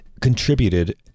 contributed